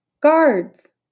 Guards